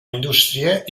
indústria